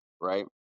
right